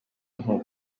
nko